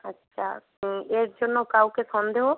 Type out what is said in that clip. আচ্ছা তো এর জন্য কাউকে সন্দেহ